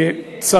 אני כן.